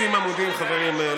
30 עמודים, חברים.